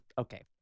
okay